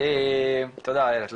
תודה איילת,